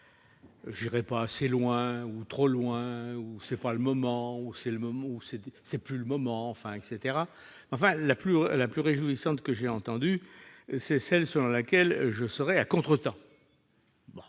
: je ne vais pas assez loin, ou trop loin, ce n'est pas le moment, ce n'est plus le moment, etc. La chose la plus réjouissante que j'ai entendue, c'est celle selon laquelle je serais à contretemps.